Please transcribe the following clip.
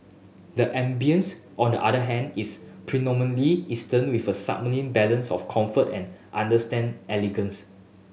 the ambience on the other hand is predominantly eastern with a sublime balance of comfort and understand elegance